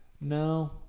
No